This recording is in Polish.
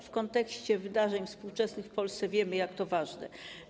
W kontekście wydarzeń współczesnych w Polsce wiemy, jakie to ważne.